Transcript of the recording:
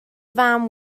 fam